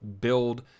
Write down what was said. build